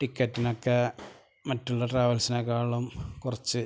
ടിക്കറ്റിനൊക്കെ മറ്റുള്ള ട്രാവൽസിനേക്കാളും കുറച്ച്